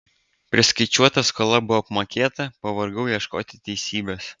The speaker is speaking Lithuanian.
priskaičiuota skola buvo apmokėta pavargau ieškoti teisybės